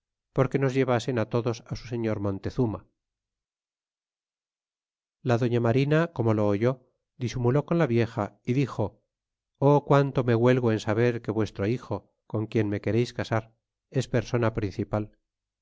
porque nos llevasen á lodos a su señor montezuma y la doña marina como lo oyó disimuló con la vieja y dixo quanto me huelgo en saber que vuestro hijo con quien me quereis casar es persona principal